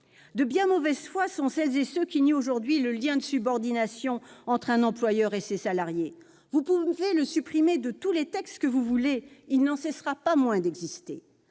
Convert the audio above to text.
De bien mauvaise foi sont ceux qui nient aujourd'hui le lien de subordination existant entre un employeur et ses salariés. Vous pouvez le supprimer dans tous les textes que vous voudrez, il n'en cessera pas moins d'exister.